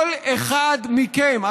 כל אחד מכם,